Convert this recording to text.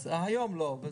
אז היום לא.